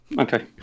okay